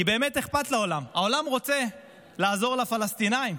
כי באמת אכפת לעולם, העולם רוצה לעזור לפלסטינים.